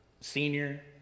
senior